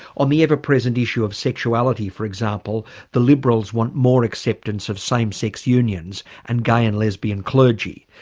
on the ever-present issue of sexuality for example the liberals want more acceptance of same-sex unions and gay and lesbian clergy.